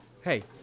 Hey